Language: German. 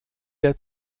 der